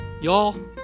Y'all